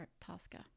Tosca